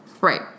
Right